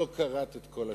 לא קראת את כל השמות.